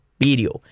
video